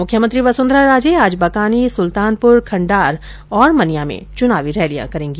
मुख्यमंत्री वसुधरा राजे आज बकानी सुल्तानपुर खण्डार और मनिया में चुनावी रैलियां करेंगी